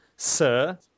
Sir